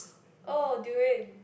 oh durian